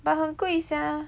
but 很贵 sia